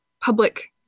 public